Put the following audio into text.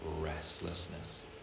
restlessness